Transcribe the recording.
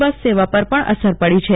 બસ સેવા પર પણ અસર પડી છે